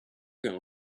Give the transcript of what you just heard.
going